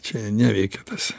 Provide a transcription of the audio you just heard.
čia neveikia tas